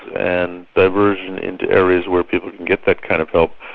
and they're verging into areas where people can get that kind of help,